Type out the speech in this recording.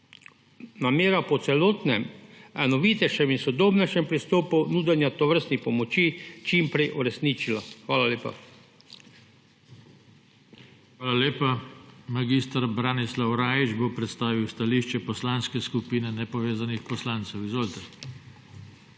namera po celotnem, bolj enovitem in sodobnejšem pristopu nudenja tovrstnih pomoči čim prej uresničila. Hvala lepa. PODPREDSEDNIK JOŽE TANKO: Hvala lepa. Mag. Branislav Rajić bo predstavil stališče Poslanske skupine nepovezanih poslancev. Izvolite.